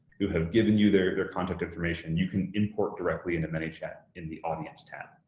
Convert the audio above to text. who have given you their their contact information, you can import directly into manychat in the audience tab.